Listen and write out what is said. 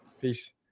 Peace